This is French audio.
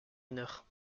mineurs